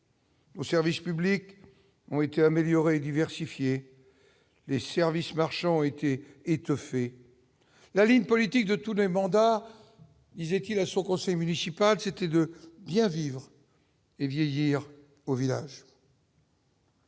Le service public ont été améliorés, diversifier les services marchands ont été étoffés, la ligne politique de tous les mandats, ils étaient à son conseil municipal, c'était de bien vivre et vieillir au village.